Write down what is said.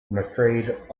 afraid